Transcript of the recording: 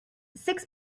six